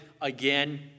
again